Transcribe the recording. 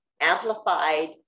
amplified